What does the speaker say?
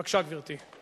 בבקשה, גברתי.